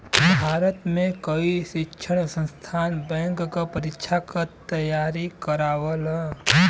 भारत में कई शिक्षण संस्थान बैंक क परीक्षा क तेयारी करावल